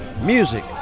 Music